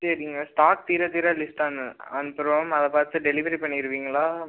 சரிங்க ஸ்டாக் தீரத்தீர லிஸ்ட்டை அனுப்புகிறோம் அதை பார்த்து டெலிவரி பண்ணிடுவீங்களா